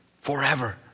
forever